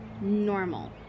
normal